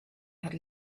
had